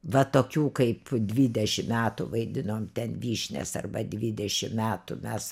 va tokių kaip dvidešim metų vaidinom ten vyšnias arba dvidešim metų mes